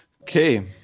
Okay